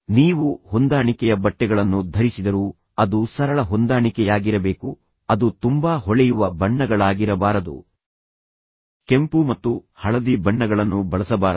ನೀವು ಹೊಂದಾಣಿಕೆಯ ಬಟ್ಟೆಗಳನ್ನು ಧರಿಸಿದರೂ ಅದು ಸರಳ ಹೊಂದಾಣಿಕೆಯಾಗಿರಬೇಕು ಅದು ತುಂಬಾ ಹೊಳೆಯುವ ಬಣ್ಣಗಳಾಗಿರಬಾರದು ಕೆಂಪು ಮತ್ತು ಹಳದಿ ಬಣ್ಣಗಳನ್ನು ಬಳಸಬಾರದು